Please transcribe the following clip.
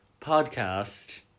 podcast